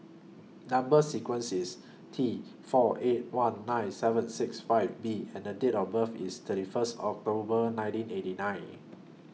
Number sequence IS T four eight one nine seven six five B and Date of birth IS thirty First October nineteen eighty nine